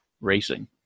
Racing